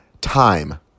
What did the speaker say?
time